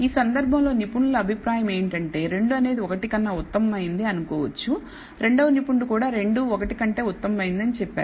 ఈ సందర్భంలో నిపుణులు అభిప్రాయం ఏమిటంటే 2 అనేది 1 కన్నా ఉత్తమమైనది అనుకోవచ్చు రెండవ నిపుణుడు కూడా 2 1 కంటే ఉత్తమమైనదని చెప్పారు